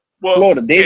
Florida